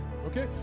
Okay